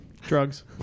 Drugs